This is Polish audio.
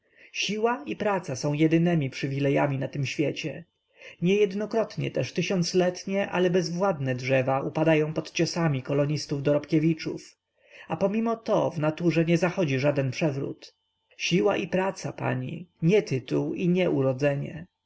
siła i praca są jedynemi przywilejami na tym świecie niejednokrotnie też tysiącletnie ale bezwładne drzewa upadają pod ciosami kolonistów-dorobkiewiczów a pomimoto w naturze nie zachodzi żaden przewrót siła i praca pani nie tytuł i nie urodzenie